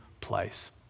place